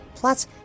Plus